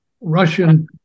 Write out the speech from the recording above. Russian